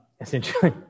Essentially